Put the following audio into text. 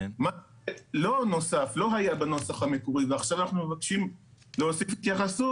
לא היה בנוסח המקורי ועכשיו אנחנו מבקשים להוסיף התייחסות.